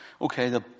Okay